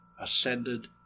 ascended